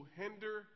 hinder